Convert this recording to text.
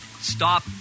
Stop